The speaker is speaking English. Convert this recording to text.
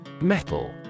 Metal